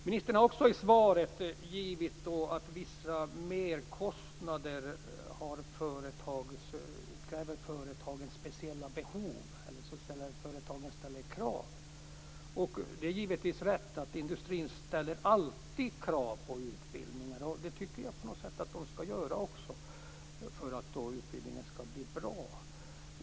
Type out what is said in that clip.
Ministern har i svaret angivit att företagens speciella behov ger vissa merkostnader, att företagen ställer krav. Det är givetvis rätt att industrin alltid ställer krav på utbildningar. Jag tycker på något sätt att den också skall göra det för att utbildningen skall bli bra.